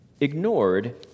ignored